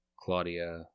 Claudia